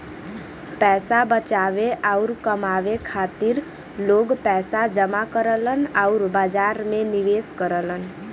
पैसा बचावे आउर कमाए खातिर लोग पैसा जमा करलन आउर बाजार में निवेश करलन